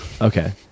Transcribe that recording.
Okay